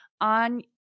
on